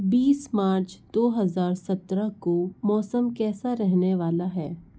बीस मार्च दो हज़ार सतरह को मौसम कैसा रहने वाला है